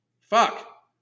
Fuck